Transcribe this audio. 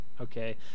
Okay